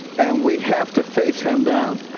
and we have to face him down.